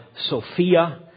Sophia